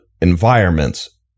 environments